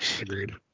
Agreed